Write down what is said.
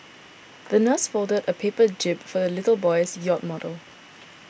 the nurse folded a paper jib for the little boy's yacht model